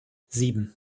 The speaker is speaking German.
sieben